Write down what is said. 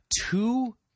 two